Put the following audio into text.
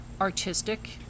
artistic